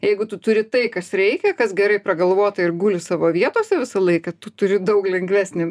jeigu tu turi tai kas reikia kas gerai pragalvota ir guli savo vietose visą laiką tu turi daug lengvesnį